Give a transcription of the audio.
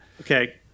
Okay